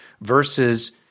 versus